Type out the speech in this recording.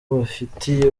bafitiye